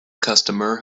customer